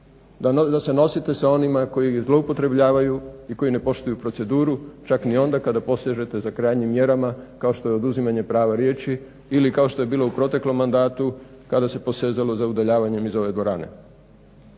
da se nosite sa onima koji zloupotrebljavaju i koji ne poštuju proceduru čak ni onda kada posežete za krajnjim mjerama kao što je oduzimanje prava riječi ili kao što je bilo u proteklom mandatu kada se posezalo za udaljavanjem iz ove dvorane.